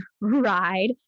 ride